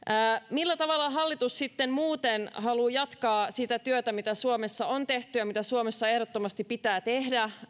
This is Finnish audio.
millä tavalla hallitus sitten muuten haluaa jatkaa sitä työtä mitä suomessa on tehty ja mitä suomessa ehdottomasti pitää tehdä